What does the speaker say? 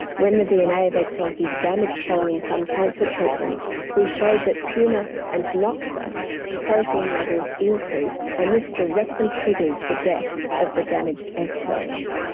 when the dna of egg cells is damaged following some cancer treatments we showed that puma and noxa protein levels increase and this directly triggers the death of the damaged egg cells.